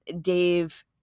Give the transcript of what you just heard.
Dave